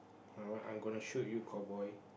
one on one I'm gonna shoot you cowboy